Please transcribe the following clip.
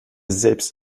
selbst